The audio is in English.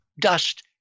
dust